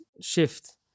shift